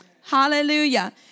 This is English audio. Hallelujah